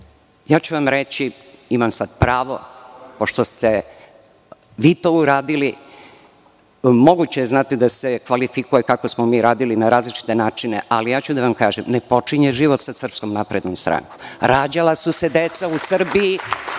ću vam, imam sada pravo pošto ste vi to uradili, moguće je da se kvalifikuje kako smo mi radili na različite načine, ali ja ću da vam kažem, ne počinje život sa SNS. Rađala su se deca u Srbiji,